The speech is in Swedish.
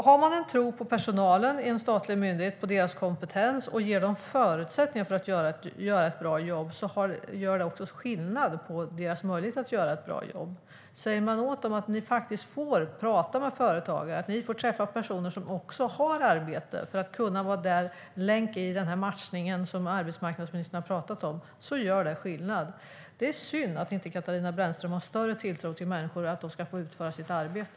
Har man en tro på myndighetspersonalen och deras kompetens och ger dem förutsättningar att göra ett bra jobb gör det också skillnad för deras möjlighet att göra ett bra jobb. Säger man åt dem att de faktiskt får prata med företagare och träffa personer som har arbete för att kunna vara en länk i den matchning som arbetsmarknadsministern har pratat om så gör det skillnad. Det är synd att inte Katarina Brännström har större tilltro till människor och att de kan utföra sitt arbete.